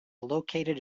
located